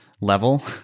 level